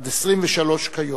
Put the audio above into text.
עד 23 כיום.